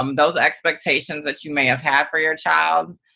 um those expectations that you may have had for your child,